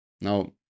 Now